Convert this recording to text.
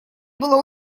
было